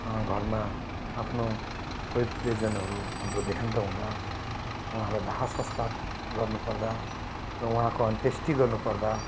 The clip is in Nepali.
घरमा आफ्नो कोही प्रियजनहरू हाम्रो देहान्त हुँदा उहाँहरू को दाह संस्कार गर्नु पर्दा र उहाँको अन्त्येष्टि गर्नु पर्दा